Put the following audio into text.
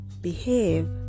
behave